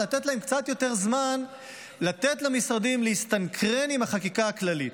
לתת קצת יותר זמן למשרדים להסתנכרן עם החקיקה הכללית.